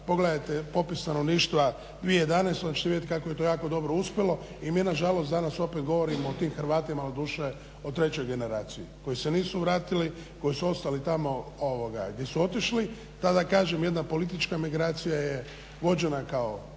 pogledajte popis stanovništva 2011. onda ćete vidjeti kako je to jako dobro uspjelo. I mi nažalost danas opet govorimo o tim Hrvatima, doduše o 3 generaciji koji se nisu vratili, koji su ostali tamo gdje su otišli. Tada kažem jedna politička migracija je vođena kao